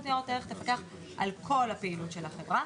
לניירות ערך תפקח על כל הפעילות של החברה.